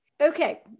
okay